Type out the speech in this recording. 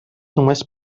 només